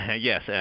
Yes